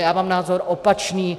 Já mám názor opačný.